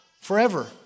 forever